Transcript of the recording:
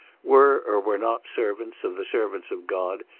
were or were not servants of the servants of god,